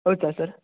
sir